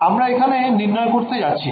আমরা আর এখানে নির্ণয় করতে যাচ্ছি না